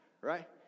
right